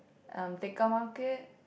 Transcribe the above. um Tekka-Market